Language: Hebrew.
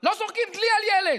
לא זורקים דלי על ילד,